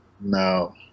No